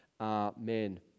Amen